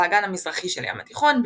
באגן המזרחי של הים התיכון,